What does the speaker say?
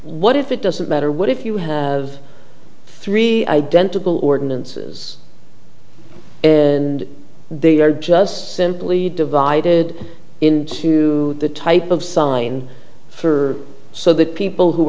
what if it doesn't matter what if you have three identical ordinances and they are just simply divided into the type of sign for so that people who